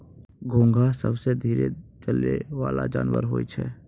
घोंघा सबसें धीरे चलै वला जानवर होय छै